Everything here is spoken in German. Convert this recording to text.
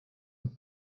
und